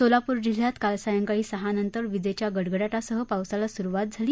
सोलापूर जिल्ह्यात काल सायंकाळी सहानंतर विजघ्या गडगडाटासह पावसाला सुरुवात झाली